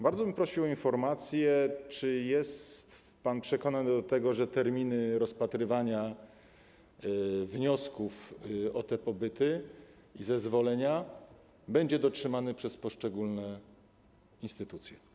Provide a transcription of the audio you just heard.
Bardzo bym prosił o informację: Czy jest pan przekonany co do tego, że termin rozpatrywania wniosków o udzielenie zezwoleń na ten pobyt będzie dotrzymany przez poszczególne instytucje?